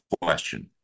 question